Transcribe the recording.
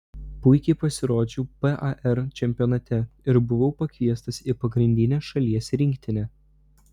puikiai pasirodžiau par čempionate ir buvau pakviestas į pagrindinę šalies rinktinę